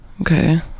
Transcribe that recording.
Okay